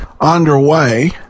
underway